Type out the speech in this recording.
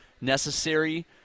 necessary